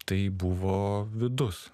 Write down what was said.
tai buvo vidus